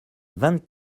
vingt